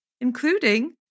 including